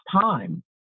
time